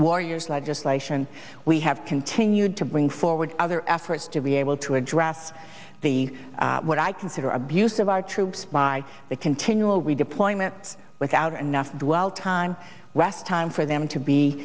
warriors legislation we have continued to bring forward other efforts to be able to address the what i consider abuse of our troops by the continual redeployment without enough dwell time rest time for them to be